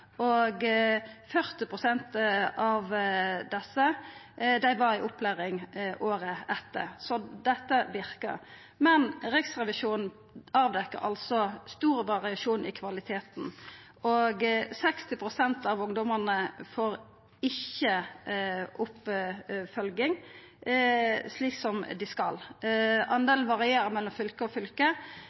40 pst. av desse var i opplæring året etter. Så dette verkar. Men Riksrevisjonen avdekte altså stor variasjon i kvaliteten, og 60 pst. av ungdomane får ikkje oppfølging, slik som dei skal. Delen varierer frå fylke til fylke.